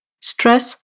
stress